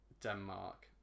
denmark